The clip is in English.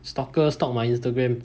stalker stalk my Instagram